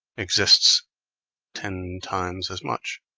exists ten times as much.